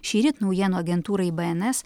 šįryt naujienų agentūrai bns